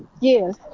Yes